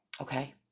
Okay